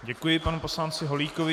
Děkuji panu poslanci Holíkovi.